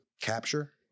capture